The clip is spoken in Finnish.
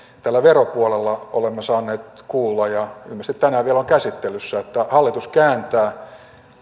tällä veropuolella olemme saaneet kuulla ja ilmeisesti tänään vielä on käsittelyssä että hallitus kääntää